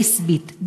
לסבית,